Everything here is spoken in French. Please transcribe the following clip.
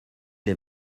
les